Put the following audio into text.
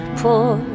poor